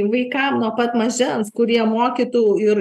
vaikam nuo pat mažens kurie mokytų ir